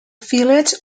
village